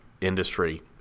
industry